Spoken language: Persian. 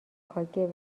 کاگب